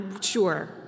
sure